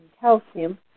calcium